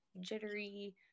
jittery